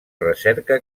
recerca